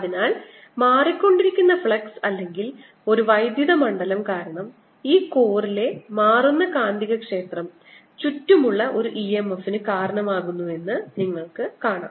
അതിനാൽ മാറിക്കൊണ്ടിരിക്കുന്ന ഫ്ലക്സ് അല്ലെങ്കിൽ ഒരു വൈദ്യുത മണ്ഡലം കാരണം ഈ core ലെ മാറുന്ന കാന്തികക്ഷേത്രം ചുറ്റുമുള്ള ഒരു EMF ന് കാരണമാകുന്നുവെന്ന് നിങ്ങൾ കാണുന്നു